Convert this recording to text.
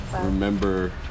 remember